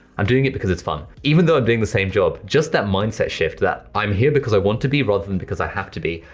i'm doing it because its fun. even though i'm doing the same job, just that mindset shift, that i'm here because i want to be, rather than because i have to be,